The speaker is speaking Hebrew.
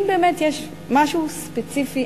אם באמת יש משהו ספציפי,